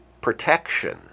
protection